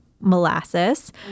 molasses